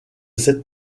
cette